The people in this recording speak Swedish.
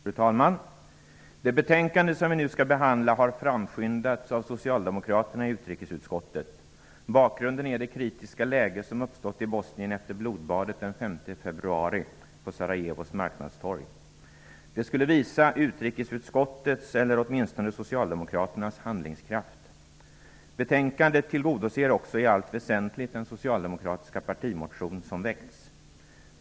Fru talman! Det betänkande som vi nu behandlar har framskyndats av socialdemokraterna i utrikesutskottet. Bakgrunden är det kritiska läge som uppstått i Bosnien efter blodbadet den 5 februari på Sarajevos marknadstorg. Det skulle visa utrikesutskottets, eller åtminstone socialdemokraternas, handlingskraft. Betänkandet tillgodoser också i allt väsentligt den socialdemokratiska partimotion som väckts.